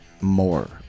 more